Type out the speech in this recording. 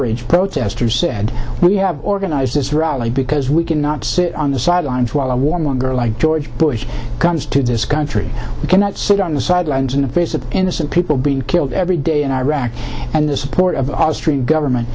bridge protesters said we have organized this rally because we cannot sit on the sidelines while a warmonger like george bush comes to this country we cannot sit on the sidelines in the face of innocent people being killed every day in iraq and the support of government